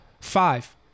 five